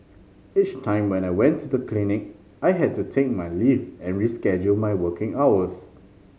each time when I went to the clinic I had to take my leave and reschedule my working hours